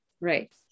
Right